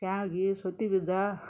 ಸ್ಯಾವ್ಗಿ ಸುತ್ತಿಬೀಜ